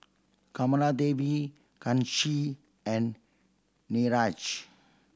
Kamaladevi Kanshi and Niraj